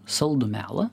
saldų melą